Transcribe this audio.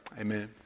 amen